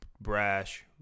brash